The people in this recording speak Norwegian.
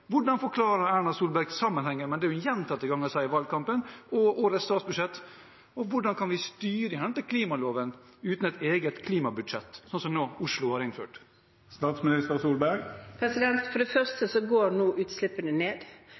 Hvordan forklarer Erna Solberg sammenhengen mellom det hun gjentatte ganger sa i valgkampen, og årets statsbudsjett, og hvordan kan vi styre i henhold til klimaloven uten et eget klimabudsjett, sånn som Oslo nå har innført? For det første går nå utslippene ned